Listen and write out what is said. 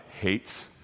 hates